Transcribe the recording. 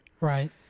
Right